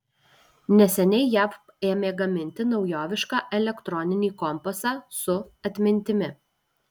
neseniai jav ėmė gaminti naujovišką elektroninį kompasą su atmintimi